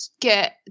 get